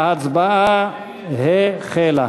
ההצבעה החלה.